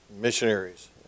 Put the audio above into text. missionaries